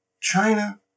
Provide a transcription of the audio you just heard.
China